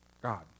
God